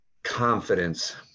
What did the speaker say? confidence